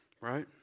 Right